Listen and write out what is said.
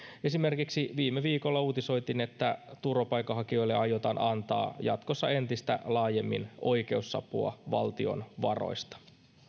esimerkiksi viime viikolla uutisoitiin että turvapaikanhakijoille aiotaan antaa jatkossa entistä laajemmin oikeusapua valtion varoista